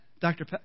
Dr